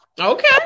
Okay